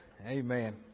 Amen